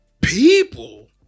people